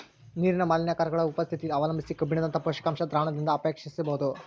ನೀರಿನ ಮಾಲಿನ್ಯಕಾರಕಗುಳ ಉಪಸ್ಥಿತಿ ಅವಲಂಬಿಸಿ ಕಬ್ಬಿಣದಂತ ಪೋಷಕಾಂಶ ದ್ರಾವಣದಿಂದಅವಕ್ಷೇಪಿಸಬೋದು